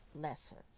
Lessons